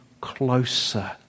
closer